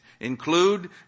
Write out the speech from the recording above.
Include